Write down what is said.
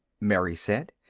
mary said.